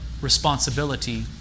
responsibility